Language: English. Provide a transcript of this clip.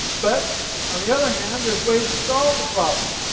but on the other hand there's ways to solve the problem,